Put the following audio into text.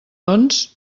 doncs